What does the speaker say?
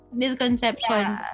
misconceptions